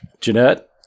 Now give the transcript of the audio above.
Jeanette